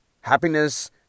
happiness